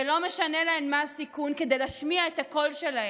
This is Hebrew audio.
ולא משנה להם מה הסיכון, כדי להשמיע את הקול שלהם.